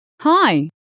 Hi